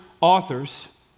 authors